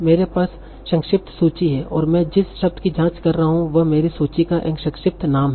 मेरे पास संक्षिप्त सूची है और मैं जिस शब्द की जांच कर रहा हूं वह मेरी सूची का एक संक्षिप्त नाम है